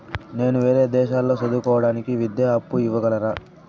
నేను వేరే దేశాల్లో చదువు కోవడానికి విద్యా అప్పు ఇవ్వగలరా?